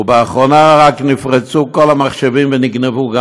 ורק באחרונה גם נפרצו כל המחשבים וגם נגנבו.